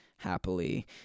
happily